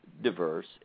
diverse